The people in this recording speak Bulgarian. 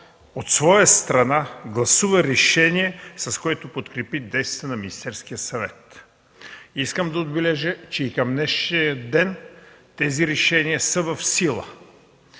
от своя страна гласува решение, с което подкрепи действията на Министерския съвет. Искам да отбележа, че и към днешния ден тези решения са в сила.